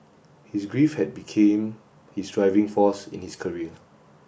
his grief had became his driving force in this career